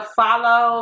follow